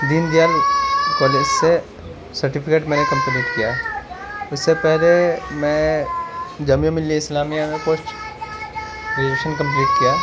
دین Dayal college سے certificate میں نے کمپلیٹ کیا ہے اس سے پہلے میں جامعہ ملیہ اسلامیہ میں پوسٹ گریجیوشن کمپلیٹ کیا